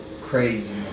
Crazy